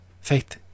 faith